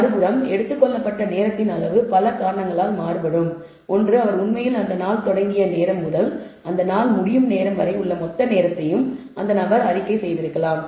மறுபுறம் எடுத்துக்கொள்ளப்பட்ட நேரத்தின் அளவு பல காரணங்களால் மாறுபடும் ஒன்று அவர் உண்மையில் அந்த நாள் தொடங்கிய நேரம் முதல் அந்த நாள் முடியும் வரை உள்ள மொத்த நேரத்தையும் அந்த நபர் அறிக்கை செய்திருக்கலாம்